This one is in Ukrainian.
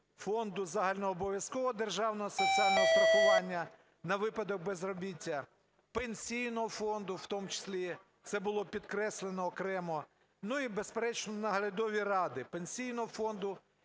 Фонду загальнообов'язкового державного соціального страхування на випадок безробіття, Пенсійного фонду в тому числі, це було підкреслено окремо, і, безперечно, наглядові ради Пенсійного фонду